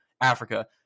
Africa